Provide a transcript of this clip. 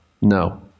no